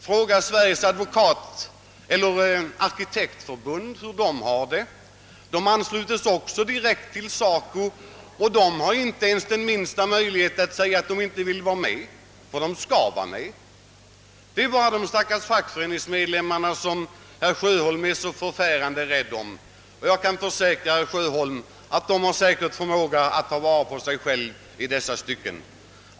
Fråga Sveriges arkitekter hur de har det! De anslutes också direkt till SACO och har inte den minsta möjlighet att säga att de inte vill vara med, ty de skall vara med. Det är bara de stackars LO-medlemmarna som herr Sjöholm är så förfärande rädd om. Jag kan försäkra honom att de förvisso har förmåga att ta vara på sig själva i dessa stycken.